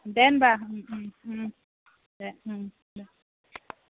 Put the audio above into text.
दे होमब्ला दे